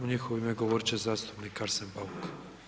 U njihovo ime govorit će zastupnik Arsen Bauk.